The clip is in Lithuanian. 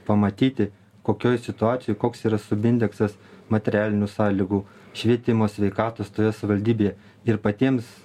pamatyti kokioj situacijoj koks yra subindeksas materialinių sąlygų švietimo sveikatos toje savivaldybėje ir patiems